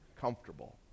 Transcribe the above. Comfortable